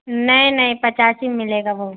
نہیں نہیں پچاس ہی میں ملیں گا وہ